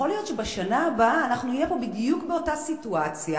יכול להיות שבשנה הבאה נהיה בדיוק באותה סיטואציה